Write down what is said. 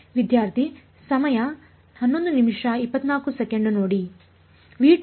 ವಿದ್ಯಾರ್ಥಿ ಸಮಯ ನೋಡಿ 1124